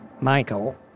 Michael